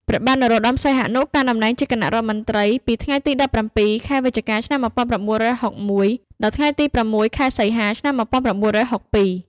ព្រះបាទនរោត្តម សីហនុ កាន់តំណែងជាគណៈរដ្ឋមន្ត្រីពីថ្ងៃទី១៧ ខែវិច្ឆិកា ឆ្នាំ១៩៦១ ដល់ថ្ងៃទី ៦ ខែសីហា ឆ្នាំ១៩៦២។